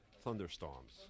thunderstorms